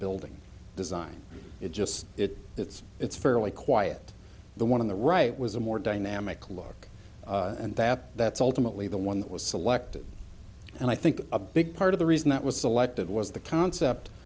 building design it just it it's it's fairly quiet the one on the right was a more dynamic look and that that's ultimately the one that was selected and i think a big part of the reason that was selected was the concept